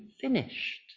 finished